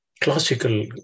Classical